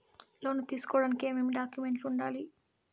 లోను తీసుకోడానికి ఏమేమి డాక్యుమెంట్లు ఉండాలి